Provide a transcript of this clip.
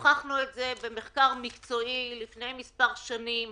הוכחנו את זה במחקר מקצועי לפני מספר שנים.